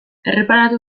erreparatu